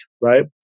right